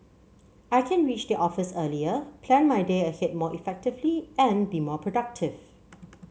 I can reach the office earlier plan my day ahead more effectively and be more productive